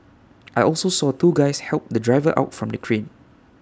I also saw two guys help the driver out from the crane